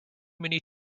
many